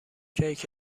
کیک